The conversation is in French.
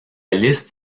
liste